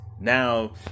Now